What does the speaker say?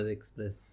Express